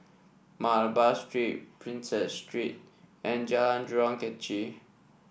Malabar Street Prinsep Street and Jalan Jurong Kechil